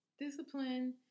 Discipline